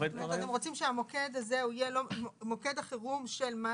זאת אומרת אתם רוצים שהמוקד הזה הוא יהיה מוקד החירום של מד"א,